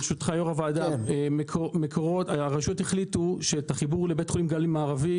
הרשות החליטה שאת החיבור לבית חולים גליל מערבי